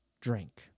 drink